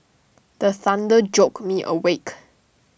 the thunder joke me awake